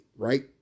right